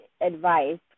advice